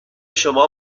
شما